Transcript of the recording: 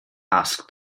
asked